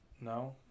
No